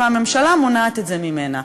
והממשלה מונעת את זה ממנה.